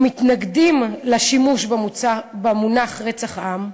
מתנגדים לשימוש במונח "רצח עם"